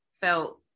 felt